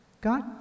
God